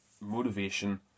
motivation